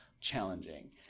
challenging